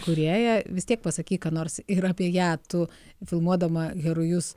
kūrėja vis tiek pasakyk ką nors ir apie ją tu filmuodama herojus